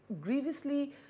grievously